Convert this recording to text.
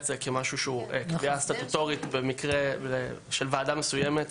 זה כקביעה סטטוטורית במקרה של ועדה מסוימת.